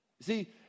see